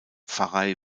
pfarrei